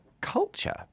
culture